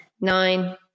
nine